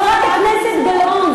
חברת הכנסת גלאון,